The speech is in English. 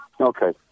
Okay